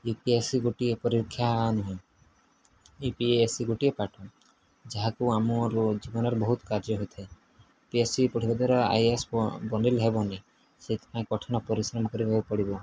you P S C ଗୋଟିଏ ପରୀକ୍ଷା ନୁହେଁ ୟୁ ପି ଏସ୍ ସି ଗୋଟିଏ ପାଠ ଯାହାକୁ ଆମର ଜୀବନରେ ବହୁତ କାର୍ଯ୍ୟ ହୋଇଥାଏ ୟୁ ପି ଏସ୍ ସି ପଢ଼ିବା ଦ୍ୱାରା ଆଇ ଏ ଏସ୍ ବନିଲେ ହେବନି ସେଇଥିପାଇଁ କଠିନ ପରିଶ୍ରମ କରିବାକୁ ପଡ଼ିବ